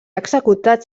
executat